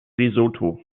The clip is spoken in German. lesotho